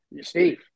Steve